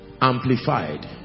Amplified